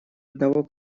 одного